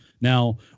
Now